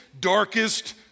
darkest